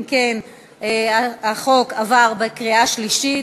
אם כן, החוק עבר בקריאה שלישית,